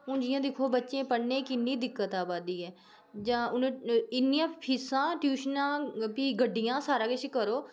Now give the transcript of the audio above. हून जि'यां दिक्खो बच्चे पढ़ने किन्नी दिक्कत आवा दी ऐ जां हून इन्नियां फीसां ट्युशनां फ्ही गड्डियां सारा किश करो